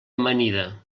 amanida